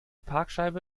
parkscheibe